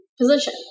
position